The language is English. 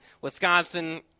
Wisconsin –